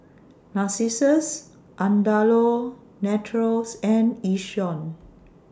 Narcissus Andalou Naturals and Yishion